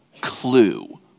clue